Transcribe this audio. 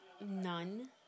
None